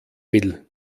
will